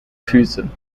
füße